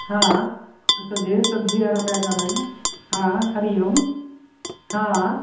हा असां जेर सब्जी वारा पिया ॻाल्हायूं हा हरि ओम हा